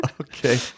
okay